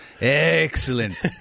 excellent